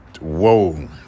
Whoa